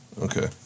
Okay